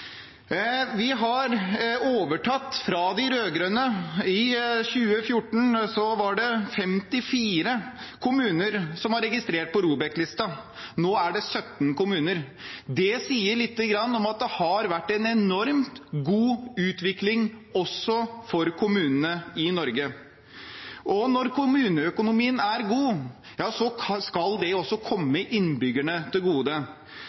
Da vi overtok fra de rød-grønne, var det i 2014 54 kommuner som var registrert på ROBEK-listen. Nå er det 17 kommuner. Det sier litt om at det har vært en enormt god utvikling også for kommunene i Norge. Og når kommuneøkonomien er god, skal det også komme innbyggerne til gode.